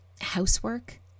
housework